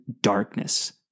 darkness